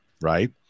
right